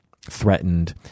threatened